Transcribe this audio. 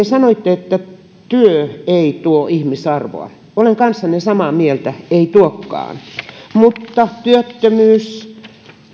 sanoitte että työ ei tuo ihmisarvoa olen kanssanne samaa mieltä ei tuokaan mutta työttömyys